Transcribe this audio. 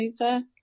over